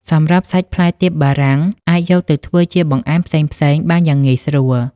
សម្រាប់សាច់ផ្លែទៀបបារាំងអាចយកទៅធ្វើជាបង្អែមផ្សេងៗបានយ៉ាងងាយស្រួល។